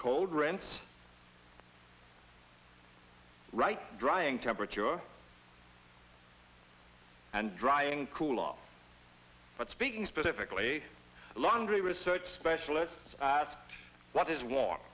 cold rents right drying temperature and drying cool all but speaking specifically laundry research specialists asked what is wa